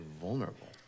vulnerable